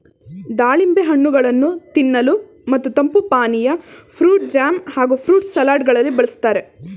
ದಾಳಿಂಬೆ ಹಣ್ಣುಗಳನ್ನು ತಿನ್ನಲು ಮತ್ತು ತಂಪು ಪಾನೀಯ, ಫ್ರೂಟ್ ಜಾಮ್ ಹಾಗೂ ಫ್ರೂಟ್ ಸಲಡ್ ಗಳಲ್ಲಿ ಬಳ್ಸತ್ತರೆ